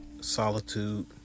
solitude